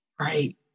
Right